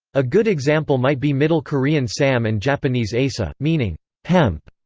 a good example might be middle korean sam and japanese asa, meaning hemp.